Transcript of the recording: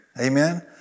amen